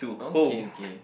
okay okay